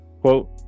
Quote